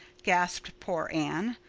gasped poor anne.